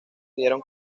dieron